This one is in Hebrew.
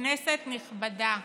כנסת נכבדה,